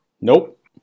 Nope